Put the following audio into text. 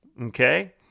Okay